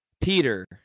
Peter